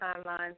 timeline